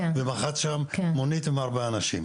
ומחץ שם מונית עם ארבעה אנשים.